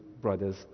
brothers